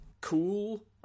cool